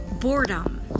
boredom